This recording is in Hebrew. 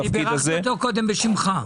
אני בירכתי אותו קודם בשמך.